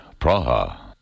Praha